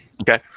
Okay